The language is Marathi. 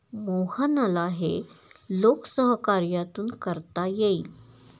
मोहनला हे लोकसहकार्यातून करता येईल